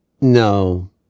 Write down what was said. No